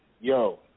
Yo